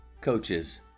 Coaches